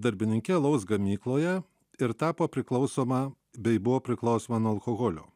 darbininke alaus gamykloje ir tapo priklausoma bei buvo priklausoma nuo alkoholio